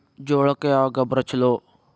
ಜೋಳಕ್ಕ ಯಾವ ಗೊಬ್ಬರ ಛಲೋ?